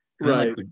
Right